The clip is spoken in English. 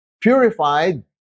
purified